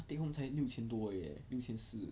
take home 才六千多而已 leh 六千四